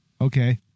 Okay